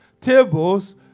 tables